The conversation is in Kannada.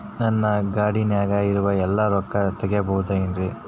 ನನ್ನ ಕಾರ್ಡಿನಾಗ ಇರುವ ಎಲ್ಲಾ ರೊಕ್ಕ ತೆಗೆಯಬಹುದು ಏನ್ರಿ?